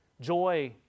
Joy